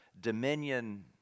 dominion